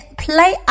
play